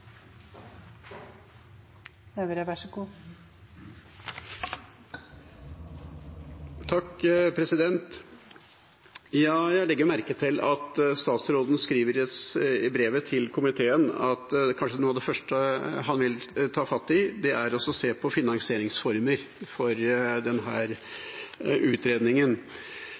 Jeg legger merke til at statsråden skriver i brevet til komiteen at kanskje noe av det første han vil ta fatt i, er å se på finansieringsformer i denne utredningen. Da er det jo spennende å høre fra statsråden om han ser for seg at en i den